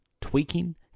tweaking